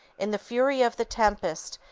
in the fury of the tempest,